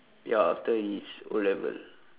ya after his O-level